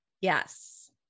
Yes